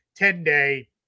10-day